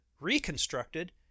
reconstructed